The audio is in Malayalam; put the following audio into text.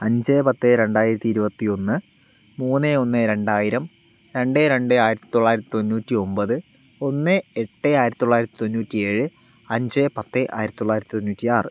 അഞ്ച് പത്ത് രണ്ടായിരത്തി ഇരുപത്തി ഒന്ന് മൂന്ന് ഒന്ന് രണ്ടായിരം രണ്ട് രണ്ട് ആയിരത്തി തൊള്ളായിരത്തി തൊണ്ണൂറ്റി ഒൻപത് ഒന്ന് എട്ട് ആയിരത്തി തൊള്ളായിരത്തി തൊണ്ണൂറ്റി ഏഴ് അഞ്ച് പത്ത് ആയിരത്തി തൊള്ളായിരത്തി തൊണ്ണൂറ്റി ആറ്